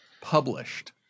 Published